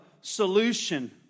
solution